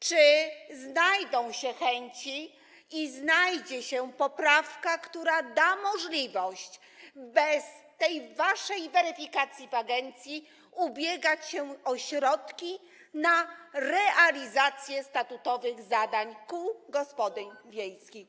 Czy znajdą się chęci i znajdzie się poprawka, która da możliwość bez waszej weryfikacji w agencji ubiegać się o środki na realizację statutowych zadań kół gospodyń wiejskich?